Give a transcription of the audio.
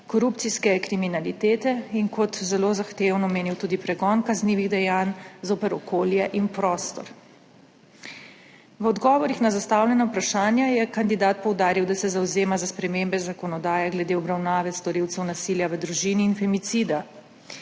korupcijske kriminalitete in kot zelo zahtevnega omenil tudi pregon kaznivih dejanj zoper okolje in prostor. V odgovorih na zastavljena vprašanja je kandidat poudaril, da se zavzema za spremembe zakonodaje glede obravnave storilcev nasilja v družini in femicida,